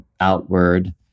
outward